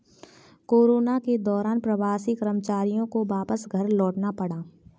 corona के दौरान प्रवासी कर्मचारियों को वापस घर लौटना पड़ा